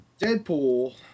Deadpool